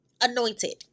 anointed